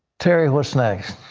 terry, what's next?